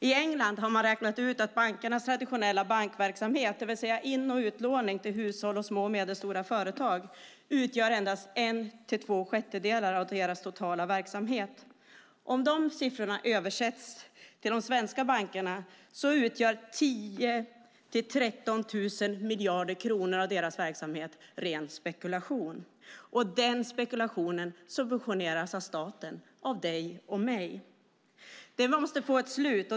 I England har man räknat ut att bankernas traditionella bankverksamhet, det vill säga in och utlåning till hushåll och små och medelstora företag, utgör endast en till två sjättedelar av deras totala verksamhet. Om de siffrorna översätts till de svenska bankerna utgör 10 000-13 000 miljarder av deras verksamhet ren spekulation, och den spekulationen subventioneras av staten - av dig och mig. Detta måste få ett slut.